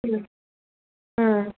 ம் ம்